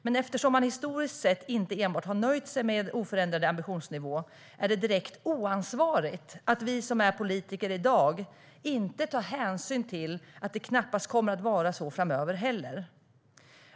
Men eftersom man historiskt sett inte enbart har nöjt sig med oförändrad ambitionsnivå är det direkt oansvarigt att vi som är politiker i dag inte tar hänsyn till att det knappast kommer att vara så framöver heller.